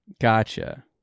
Gotcha